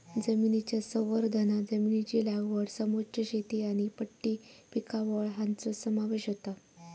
जमनीच्या संवर्धनांत जमनीची लागवड समोच्च शेती आनी पट्टी पिकावळ हांचो समावेश होता